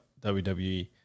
WWE